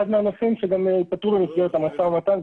מהנושאים שגם ייפתרו במסגרת המשא ומתן,